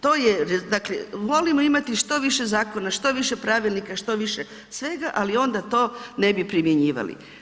To je dakle, volimo imati što više zakona, što više pravilnika, što više svega ali onda to ne bi primjenjivali.